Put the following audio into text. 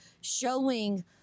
showing